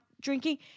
drinking